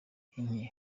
nke